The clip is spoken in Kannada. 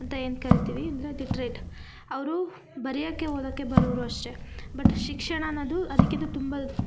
ಅಂತ ಏನು ಕರಿತೀವಿ ಅಂದರೆ ಲಿಟ್ರೇಟ್ ಅವರು ಬರೆಯೋಕೆ ಓದಕ್ಕೆ ಬರೋರು ಅಷ್ಟೆ ಬಟ್ ಶಿಕ್ಷಣ ಅನ್ನೋದು ಅದಕ್ಕಿಂತ ತುಂಬ